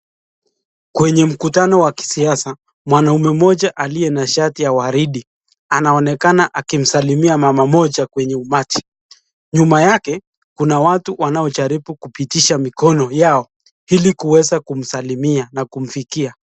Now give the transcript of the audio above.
Kwenye mkutano wa kisiasa mwanaume mmoja aliye na shati ya waridi anaonekana akimsalimia mama moja kwenye umati nyuma yake kuna watu wanaojaribu kupitisha mikono yao ili kuweza kumsalimia na kumfikia.